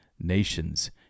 nations